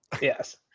Yes